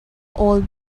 old